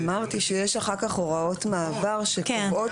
אמרתי שיש אחר כך הוראות מעבר שקובעות